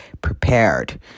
prepared